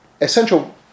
essential